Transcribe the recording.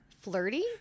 flirty